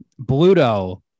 Bluto